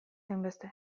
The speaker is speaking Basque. hainbeste